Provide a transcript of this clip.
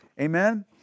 amen